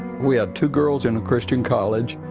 we have two girls in a christian college,